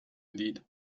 lied